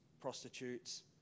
prostitutes